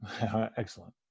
Excellent